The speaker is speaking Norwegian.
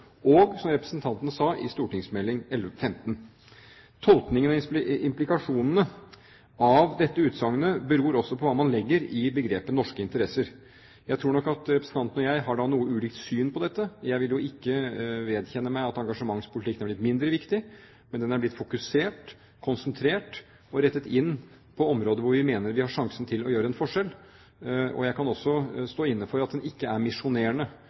og, som representanten sa, i St.meld. nr. 15. Tolkningen og implikasjonene av dette utsagnet beror også på hva man legger i begrepet «norske interesser». Jeg tror nok at representanten og jeg har noe ulikt syn på dette. Jeg vil ikke vedkjenne meg at engasjementspolitikken har blitt mindre viktig, men den er blitt fokusert, konsentrert og rettet inn mot områder hvor vi mener vi har en sjanse til å gjøre en forskjell. Jeg kan også stå inne for at den ikke er misjonerende,